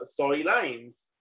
storylines